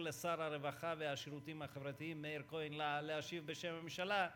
לשר הרווחה והשירותים החברתיים מאיר כהן להשיב בשם הממשלה,